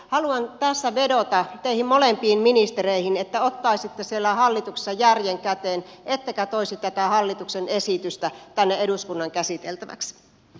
haluan tässä vedota teihin molempiin ministereihin että ottaisitte siellä hallituksessa järjen käteen ettekä toisi tätä hallituksen esitystä tänne eduskunnan käsiteltäväksi